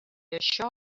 això